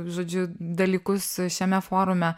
žodžiu dalykus šiame forume